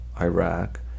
Iraq